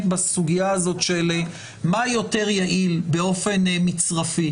בסוגיה הזאת של מה יותר יעיל באופן מצרפי